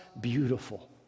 beautiful